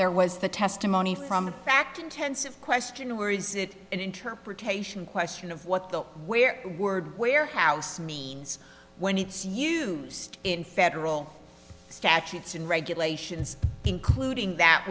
there was the testimony from the fact intensive question where is it an interpretation question of what the where word warehouse means when it's used in federal statutes and regulations including that